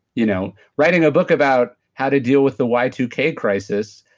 you know writing a book about how to deal with the y two k crisis,